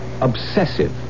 obsessive